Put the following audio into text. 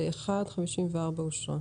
הצבעה אושרה.